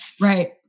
Right